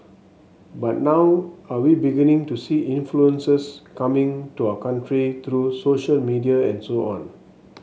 but now are we beginning to see influences coming to our country through social media and so on